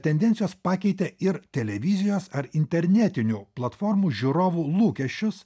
tendencijos pakeitė ir televizijos ar internetinių platformų žiūrovų lūkesčius